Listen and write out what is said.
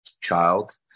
child